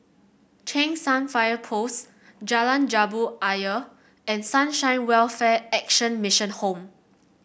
Cheng San Fire Post Jalan Jambu Ayer and Sunshine Welfare Action Mission Home